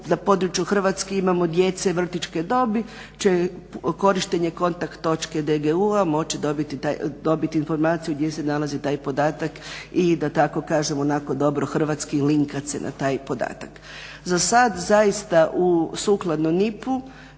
na području Hrvatske imamo djece vrtićke dobi, će korištenje kontakt točke DGU-a dobiti informaciju gdje se nalazi taj podatak i da tako kažemo dobro hrvatski link kad se na taj podatak. Za sad zaista u sukladno NIP-u